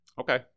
Okay